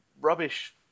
rubbish